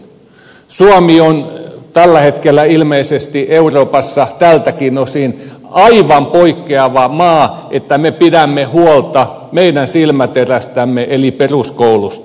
suomi on tällä hetkellä ilmeisesti euroopassa tältäkin osin aivan poikkeava maa että me pidämme huolta meidän silmäterästämme eli peruskoulusta